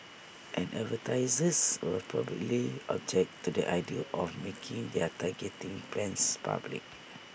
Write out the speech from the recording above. and advertisers would probably object to the idea of making their targeting plans public